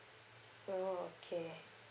oh okay